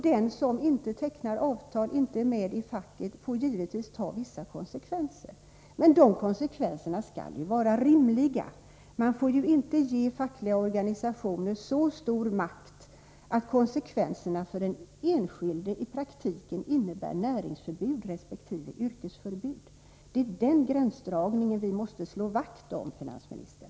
Den som inte tecknar avtal och som inte är med i facket får givetvis ta vissa konsekvenser. Men de konsekvenserna skall vara rimliga. Man får inte ge fackliga organisationer så stor makt att konsekvenserna för den enskilde i praktiken innebär näringsförbud resp. yrkesförbud. Det är den gränsdragningen vi måste slå vakt om, finansministern.